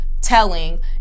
telling